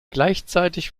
gleichzeitig